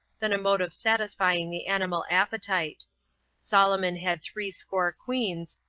than a mode of satisfying the animal appetite solomon had threescore queens,